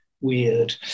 weird